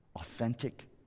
authentic